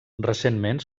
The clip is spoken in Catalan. recentment